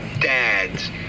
Dads